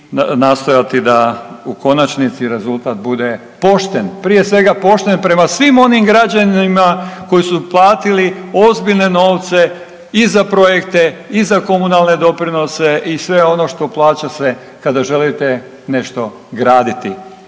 nastojati da u konačnici rezultat bude pošten, prije svega pošten prema svim onim građanima koji su platili ozbiljne novce i za projekte i za komunalne doprinose i sve ono što plaća se kada želite nešto graditi.